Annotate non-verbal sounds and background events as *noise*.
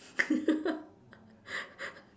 *laughs*